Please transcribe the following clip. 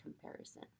comparison